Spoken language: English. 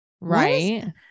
Right